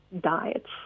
diets